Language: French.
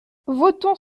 votons